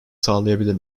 sağlayabilir